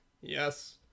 Yes